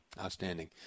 Outstanding